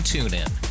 TuneIn